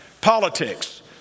politics